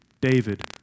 David